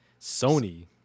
Sony